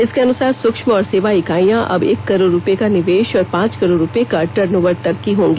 इसके अनुसार सुक्ष्म और सेवा इकाईयां अब एक करोड़ रुपये का निवेश और पांच करोड़ रुपये को टर्नओवर तक की होंगी